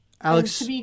Alex